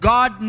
God